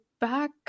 back